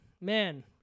man